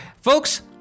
folks